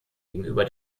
gegenüber